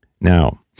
now